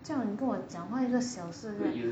叫你跟我讲话一个小时